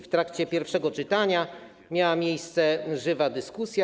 W trakcie pierwszego czytania miała miejsce żywa dyskusja.